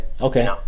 Okay